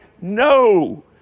No